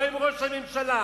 לא עם ראש הממשלה.